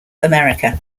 america